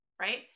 right